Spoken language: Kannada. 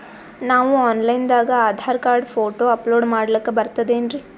ನಾವು ಆನ್ ಲೈನ್ ದಾಗ ಆಧಾರಕಾರ್ಡ, ಫೋಟೊ ಅಪಲೋಡ ಮಾಡ್ಲಕ ಬರ್ತದೇನ್ರಿ?